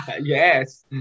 Yes